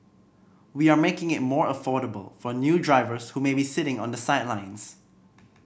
we are making it more affordable for new drivers who may be sitting on the sidelines